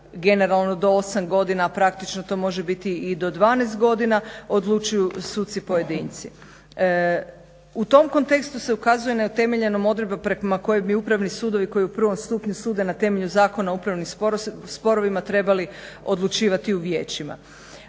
generalno do 8 godina praktično to može biti i do 12 godina odlučuju suci pojedinci. U tom kontekstu se ukazuje netemeljena odredba prema kojoj bi upravni sudovi koji u prvom stupnju sude na temelju Zakona o upravnim sporovima trebali odlučivati u vijećima.